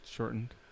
Shortened